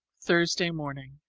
thursday morning